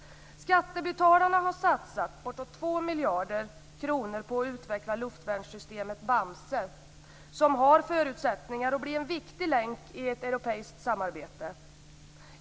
Skattebetalarna har satsat bortåt 2 miljarder kronor på att utveckla luftvärnssystemet Bamse. Det har förutsättningar att bli en viktig länk i ett europeiskt samarbete.